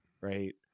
Right